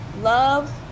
love